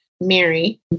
Mary